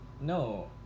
No